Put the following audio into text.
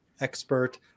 expert